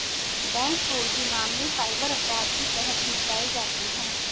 bank fraud के मामले cyber अपराध के तहत निपटाए जाते हैं